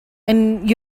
and